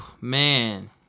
man